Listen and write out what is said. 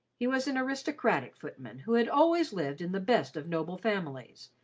he was an aristocratic footman who had always lived in the best of noble families,